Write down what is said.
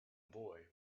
boy